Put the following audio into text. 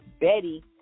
betty